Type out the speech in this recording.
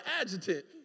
adjutant